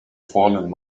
fallen